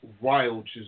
wild